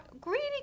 Greedy